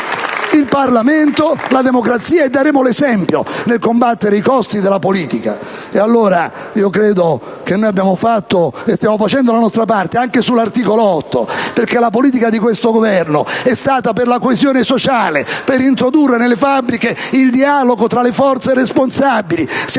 in Parlamento la democrazia e daremo l'esempio nel combattere i costi della politica. Credo che abbiamo fatto e stiamo facendo la nostra parte anche con riferimento all'articolo 8 perché la politica di questo Governo è stata per la coesione sociale, per introdurre nelle fabbriche il dialogo tra le forze responsabili. Se